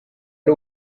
ari